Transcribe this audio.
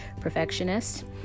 perfectionist